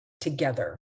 together